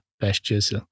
pastures